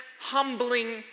humbling